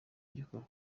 gikuru